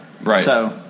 Right